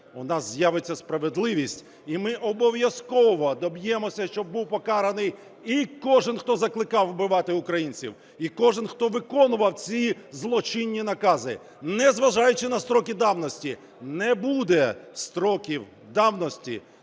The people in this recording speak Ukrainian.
у нас з'явиться справедливість і ми обов'язково доб'ємося, щоб був покараний і кожен, хто закликав вбивати українців, і кожен, хто виконував ці злочинні накази, незважаючи на строки давності. Не буде строків давності